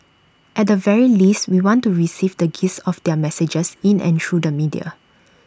at the very least we want to receive the gist of their messages in and through the media